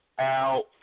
out